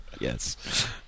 Yes